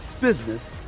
business